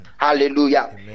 hallelujah